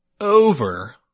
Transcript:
over